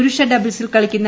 പുരുഷ ഡബിൾസിൽ കളിക്കുന്നു